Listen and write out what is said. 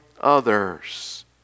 others